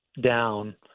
down